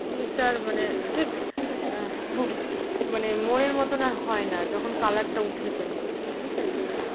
জিনিসটা আর মানে ঠিক মানে মনের মতন আর হয় না যখন কালারটা উঠে যায় ঠিক আছে